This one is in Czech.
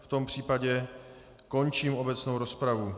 V tom případě končím obecnou rozpravu.